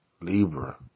Libra